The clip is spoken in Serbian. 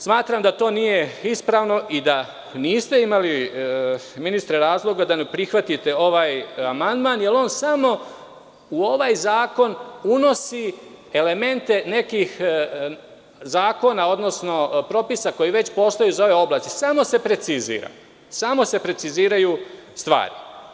Smatram da to nije ispravno i da niste imali ministre razloga da ne prihvatite ovaj amandman, jer on samo u ovaj zakon unosi elemente nekih zakona, odnosno propisa koji već postoje iz ove oblasti, samo se preciziraju stvari.